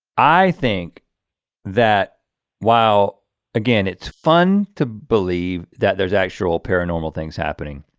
i think that while again, it's fun to believe that there's actual paranormal things happening.